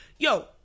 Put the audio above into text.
Yo